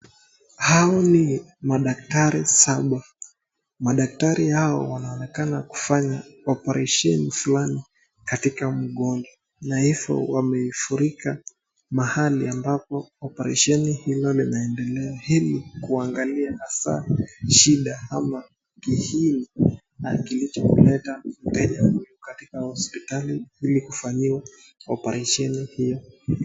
Hao ni madaktari saba. Madaktari hao wanaonekana kufanya oparesheni fulani katika mgonjwa na hivyo wamefurika mahali ambapo oparesheni hilo linaendelea ili kuangalia hasaa shida ama kiini kilichomleta mteja huyu katika hospitali ili kufanyiwa oparesheni hiyo.